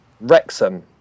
Wrexham